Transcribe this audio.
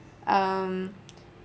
um